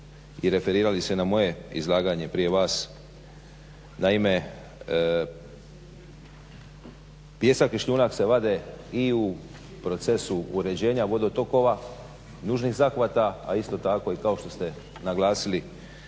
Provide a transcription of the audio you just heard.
i referirali se na moje izlaganje prije vas. Naime, pijesak i šljunak se vade i u procesu uređenja vodotokova, nužnih zahvata, a isto tako i kao što ste naglasili